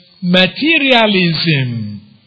materialism